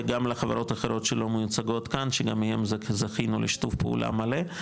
וגם לחברות אחרות שלא מיוצגות כאן שגם מהם זכינו לשיתוף פעולה מלא.